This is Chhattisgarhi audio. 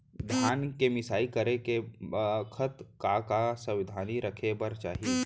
धान के मिसाई करे के बखत का का सावधानी रखें बर चाही?